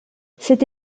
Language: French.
cette